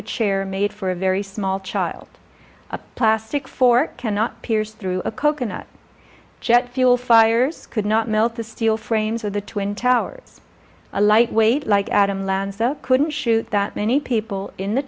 a chair made for a very small child a plastic fork cannot pierce through a coconut jet fuel fires could not melt the steel frames of the twin towers a lightweight like adam lanza couldn't shoot that many people in the